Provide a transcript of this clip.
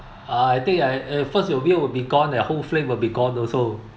uh I think I first the wheel will be gone the whole frame will be gone also